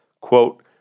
quote